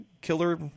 killer